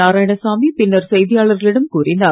நாராயணசாமி பின்னர் செய்தியாளர்களிடம் கூறினார்